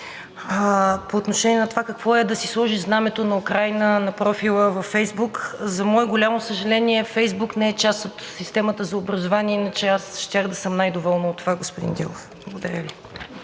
по отношение на това, какво е да си сложиш знамето на Украйна на профила във Фейсбук. За мое голямо съжаление, Фейсбук не е част от системата за образованието, иначе аз щях да съм най-доволна от това, господин Дилов. Благодаря Ви.